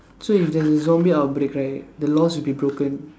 so if there's a zombie outbreak right the laws will be broken